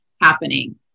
happening